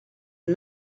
une